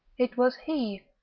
it was he,